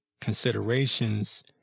considerations